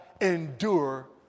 endure